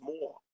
more